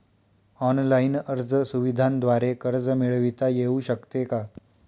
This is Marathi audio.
ऑनलाईन अर्ज सुविधांद्वारे कर्ज मिळविता येऊ शकते का?